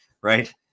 right